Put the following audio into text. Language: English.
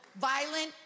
violent